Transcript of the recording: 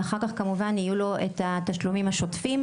ואחר כך כמובן יהיו לו את כל התשלומים השוטפים,